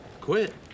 Quit